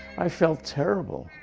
i felt terrible.